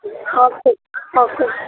okay okay